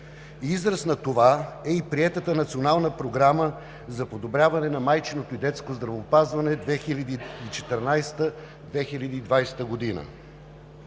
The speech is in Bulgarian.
Израз на това е и приетата Национална програма за подобряване на майчиното и детско здравеопазване 2014 – 2020 г.